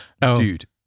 Dude